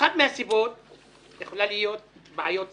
אחת מהסיבות יכולה להיות בעיות שפה.